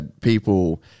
people